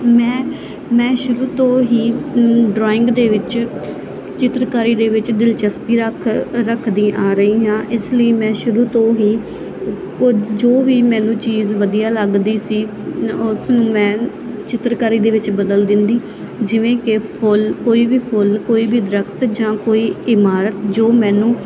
ਮੈਂ ਮੈਂ ਸ਼ੁਰੂ ਤੋਂ ਹੀ ਡਰਾਇੰਗ ਦੇ ਵਿੱਚ ਚਿੱਤਰਕਾਰੀ ਦੇ ਵਿੱਚ ਦਿਲਚਸਪੀ ਰੱਖ ਰੱਖਦੀ ਆ ਰਹੀ ਹਾਂ ਇਸ ਲਈ ਮੈਂ ਸ਼ੁਰੂ ਤੋਂ ਹੀ ਤੋਂ ਜੋ ਵੀ ਮੈਨੂੰ ਚੀਜ਼ ਵਧੀਆ ਲੱਗਦੀ ਸੀ ਉਸ ਨੂੰ ਮੈਂ ਚਿੱਤਰਕਾਰੀ ਦੇ ਵਿੱਚ ਬਦਲ ਦਿੰਦੀ ਜਿਵੇਂ ਕਿ ਫੁੱਲ ਕੋਈ ਵੀ ਫੁੱਲ ਕੋਈ ਵੀ ਦਰੱਖਤ ਜਾਂ ਕੋਈ ਇਮਾਰਤ ਜੋ ਮੈਨੂੰ